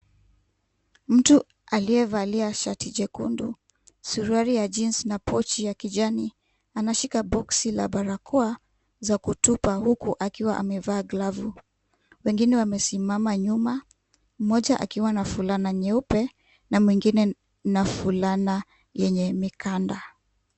Mtu aliyevalia shati jekundu, suruali ya Jeansi na pochi ya kijani. Anashika boksi la barakoa la kutupa, huku akiwa amevaa glavu. Wengine wamesimama nyuma, mmoja akiwa na fulana nyeupe, na mwingine na fulana yenye mikanda.